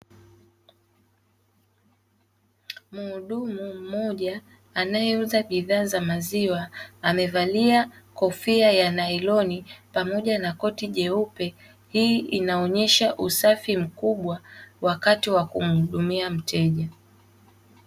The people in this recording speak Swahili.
Mhudumu mmoja anayeuza bidhaa za maziwa amevalia kofia ya nailoni pamoja na koti jeupe, hii inaonyesha usafi mkubwa wakati wa kumhudumia mteja.